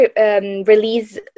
release